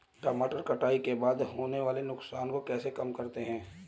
टमाटर कटाई के बाद होने वाले नुकसान को कैसे कम करते हैं?